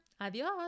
Adios